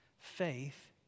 faith